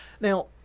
now